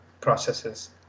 processes